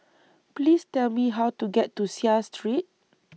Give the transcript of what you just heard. Please Tell Me How to get to Seah Street